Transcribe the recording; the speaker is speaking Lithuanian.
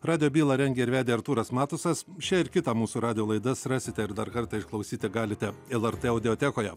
radijo bylą rengė ir vedė artūras matusas šią ir kitą mūsų radijo laidas rasite ir dar kartą išklausyti galite lrt audiotekoje